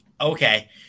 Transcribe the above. okay